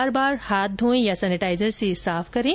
बार बार हाथ धोएं या सेनेटाइजर से साफ करें